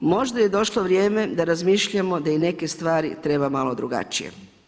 Možda je došlo vrijeme da razmišljamo da i neke stvari treba malo drugačije.